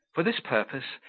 for this purpose,